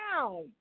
down